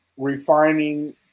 refining